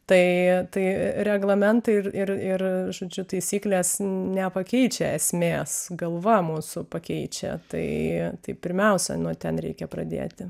tai tai reglamentai ir ir ir žodžiu taisyklės nepakeičia esmės galva mūsų pakeičia tai tai pirmiausia nuo ten reikia pradėti